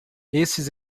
esses